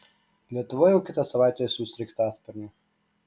lietuva jau kitą savaitę siųs sraigtasparnį